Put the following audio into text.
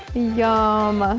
yum!